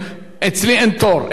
אני חושב שזה מתן בסתר,